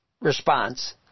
response